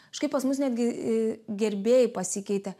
kažkaip pas mus netgi gerbėjai pasikeitė